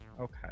Okay